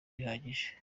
bihagije